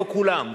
לא כולם,